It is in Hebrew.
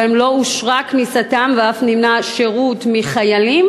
שבהם לא אושרה כניסתם ואף נמנע שירות מחיילים,